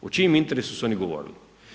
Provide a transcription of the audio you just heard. U čijem interesu su oni govorili?